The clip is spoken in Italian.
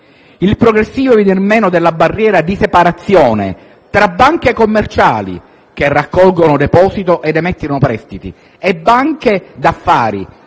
il progressivo venir meno della barriera di separazione tra banche commerciali (raccolgono depositi ed emettono prestiti) e banche d'affari